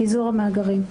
פיזור המאגרים.